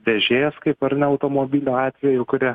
dėžės kaip ar ne automobilio atveju kuri